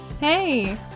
Hey